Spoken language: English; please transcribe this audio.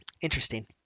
Interesting